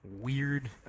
weird